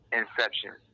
inception